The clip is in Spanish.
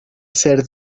ser